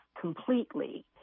completely